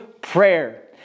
prayer